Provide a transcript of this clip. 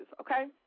okay